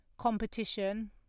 competition